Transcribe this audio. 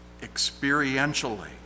experientially